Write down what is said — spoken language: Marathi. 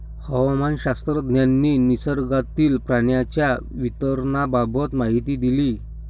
हवामानशास्त्रज्ञांनी निसर्गातील पाण्याच्या वितरणाबाबत माहिती दिली